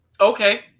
Okay